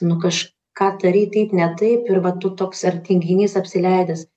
nu kažką darei taip ne taip ir va tu toks ar tinginys apsileidęs